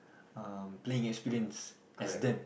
um playing experience as them